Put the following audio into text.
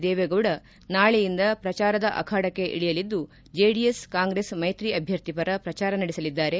ದೇವೇಗೌಡ ನಾಳೆಯಿಂದ ಪ್ರಚಾರದ ಅಖಾಡಕ್ಕೆ ಇಳಿಯಲಿದ್ದು ಜೆಡಿಎಸ್ ಕಾಂಗ್ರೆಸ್ ಮೈತ್ರಿ ಅಭ್ಯರ್ಥಿ ಪರ ಪ್ರಚಾರ ನಡೆಸಲಿದ್ದಾರೆ